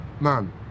man